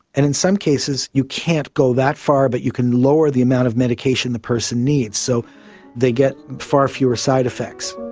and in some cases you can't go that far but you can lower the amount of medication the person needs, so they get far fewer side effects.